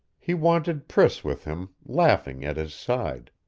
he wanted priss with him, laughing, at his side.